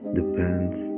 depends